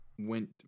went